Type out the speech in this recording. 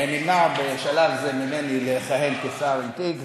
נמנע בשלב זה ממני לכהן כשר עם תיק,